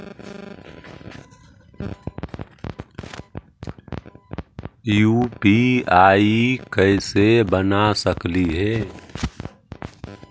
UPI कैसे बना सकली हे?